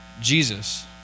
Jesus